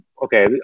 okay